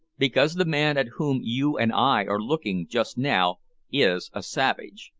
because the man at whom you and i are looking just now is a savage.